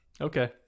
Okay